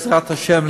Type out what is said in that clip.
בעזרת השם,